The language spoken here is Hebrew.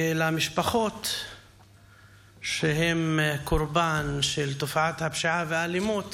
ולמשפחות שהן קורבן של תופעת הפשיעה והאלימות,